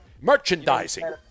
merchandising